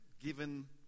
given